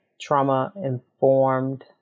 trauma-informed